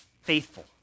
faithful